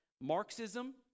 marxism